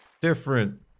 Different